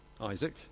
Isaac